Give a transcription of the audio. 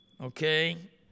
okay